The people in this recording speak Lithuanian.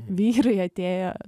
vyrai atėję